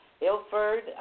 Ilford